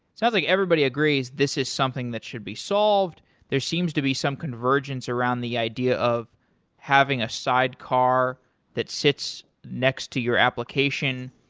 it's not like everybody agrees this is something that should be solved. there seems to be some convergence around the idea of having a sidecar that sits next to your application.